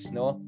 no